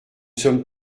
sommes